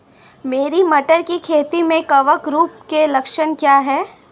मेरी मटर की खेती में कवक रोग के लक्षण क्या हैं?